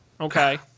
Okay